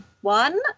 one